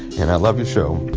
and i love your show.